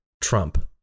Trump